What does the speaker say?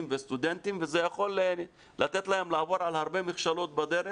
וסטודנטים וזה יכול לתת להם לעבור על הרבה מכשלות בדרך,